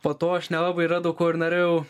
po to aš nelabai radau ko ir norėjau